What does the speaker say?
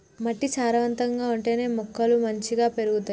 మట్టి సారవంతంగా ఉంటేనే మొక్కలు మంచిగ పెరుగుతాయి